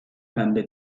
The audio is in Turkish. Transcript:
pembe